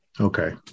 Okay